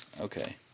Okay